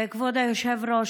כבוד היושב-ראש,